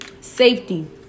Safety